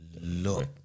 look